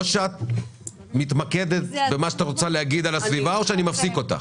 או שאת מתמקדת במה שאת רוצה להגיד על הסביבה או שאני מפסיק אותך.